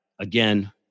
again